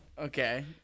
Okay